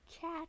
cat